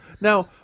Now